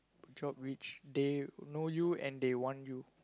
job which they know you and they want you